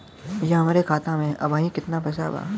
भईया हमरे खाता में अबहीं केतना पैसा बा?